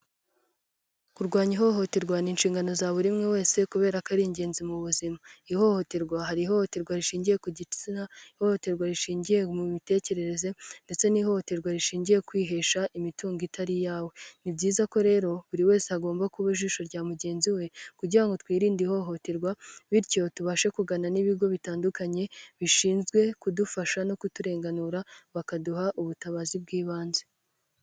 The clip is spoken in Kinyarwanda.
Kurwanya ihohoterwa ni inshingano za buri umwe wese kubera ko ari ingenzi mu buzima. Ihohoterwa hari ihohoterwa rishingiye ku gitsina, ihohoterwa rishingiye mu mitekerereze, ndetse n'ihohoterwa rishingiye ku kwihesha imitungo itari iyawe. Ni byiza ko rero buri wese agomba kuba ijisho rya mugenzi we kugira ngo twirinde ihohoterwa, bityo tubashe kugana n'ibigo bitandukanye bishinzwe kudufasha no kuturenganura bakaduha ubutabazi bw'ibanze.